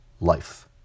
Life